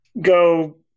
go